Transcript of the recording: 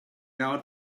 out